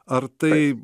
ar tai